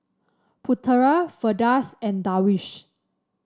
Putera Firdaus and Darwish